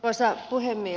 arvoisa puhemies